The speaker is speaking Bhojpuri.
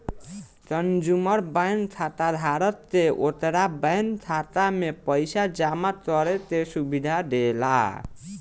कंज्यूमर बैंक खाताधारक के ओकरा बैंक खाता में पइसा जामा करे के सुविधा देला